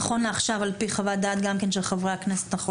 נכון לעכשיו על פי חוות דעת של חברי הכנסת לא